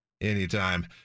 Anytime